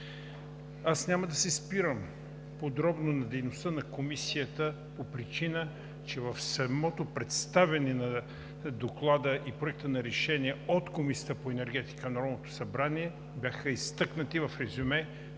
Аз няма да се спирам подробно на дейността на Комисията по причина, че в самото представяне на Доклада и проекторешенията от Комисията по енергетика в Народното събрание бяха изтъкнати в резюме